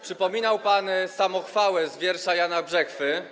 Przypominał pan samochwałę z wiersza Jana Brzechwy.